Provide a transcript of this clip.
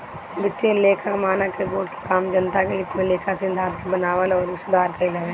वित्तीय लेखा मानक बोर्ड के काम जनता के हित में लेखा सिद्धांत के बनावल अउरी सुधार कईल हवे